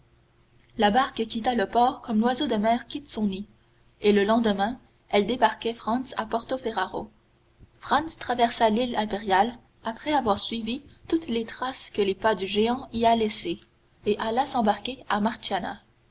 la barque quitta le port comme l'oiseau de mer quitte son nid et le lendemain elle débarquait franz à porto ferrajo franz traversa l'île impériale après avoir suivi toutes les traces que les pas du géant y a laissées et alla s'embarquer à